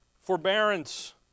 Forbearance